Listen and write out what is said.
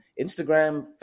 Instagram